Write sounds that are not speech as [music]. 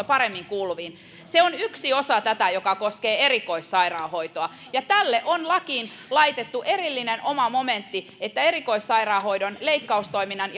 [unintelligible] paremmin kuuluviin tämän kautta se on yksi osa tätä joka koskee erikoissairaanhoitoa ja tälle on lakiin laitettu erillinen oma momentti että erikoissairaanhoidon leikkaustoiminnan [unintelligible]